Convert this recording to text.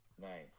Nice